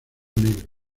negro